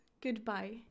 goodbye